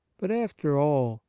but, after all,